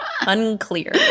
Unclear